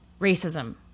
racism